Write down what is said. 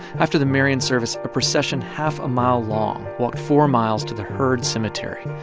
after the marion service, a procession half a mile long walked four miles to the heard cemetery,